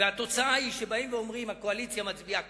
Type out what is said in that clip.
והתוצאה היא שבאים ואומרים שהקואליציה מצביעה